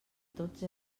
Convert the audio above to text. tots